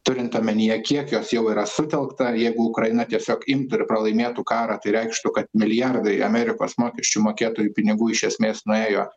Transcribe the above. turint omenyje kiek jos jau yra sutelkta jeigu ukraina tiesiog imtų ir pralaimėtų karą tai reikštų kad milijardai amerikos mokesčių mokėtojų pinigų iš esmės nuėjo